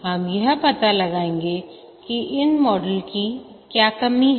हम यह पता लगाएंगे कि इन मॉडलों की क्या कमी है